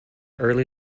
early